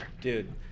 Dude